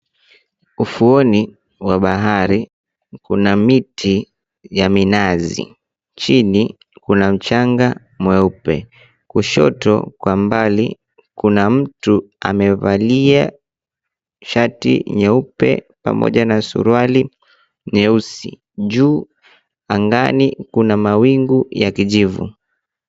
Ufuoni mwa bahari kuna miti ya minazi. Chini kuna mchanga mweupe. Kushoto kwa mbali kuna mtu amevalia shati nyeupe pamoja na suruali nyeusi. Juu angani kuna mawingu ya kijivu.